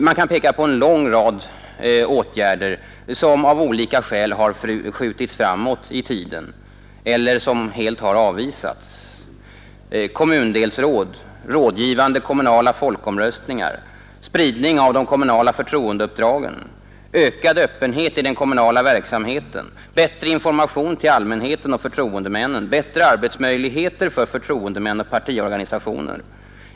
Jag vill peka på en lång rad förslag till åtgärder som av olika skäl har skjutits framåt i tiden eller som helt har avvisats: kommundelsråd, rådgivande kommunala folkomröstningar, spridning av de kommunala förtroendeuppdragen, ökad öppenhet i den kommunala verksamheten, bättre information till allmänheten och förtroendemännen, bättre arbetsmöjligheter för förtroendemän och partiorganisationer.